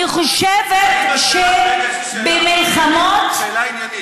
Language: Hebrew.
סליחה, יש לי שאלה, שאלה עניינית.